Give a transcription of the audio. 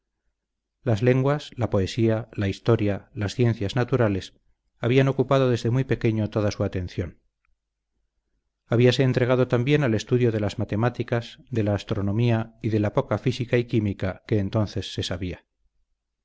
las lenguas la poesía la historia las ciencias naturales habían ocupado desde muy pequeño toda su atención habíase entregado también al estudio de las matemáticas de la astronomía y de la poca física y química que entonces se sabía